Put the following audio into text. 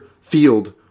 field